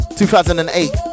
2008